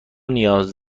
نیاز